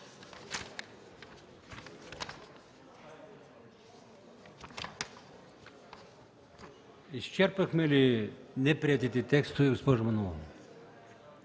Изчерпахме ли неприетите текстове, госпожо Манолова?